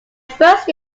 first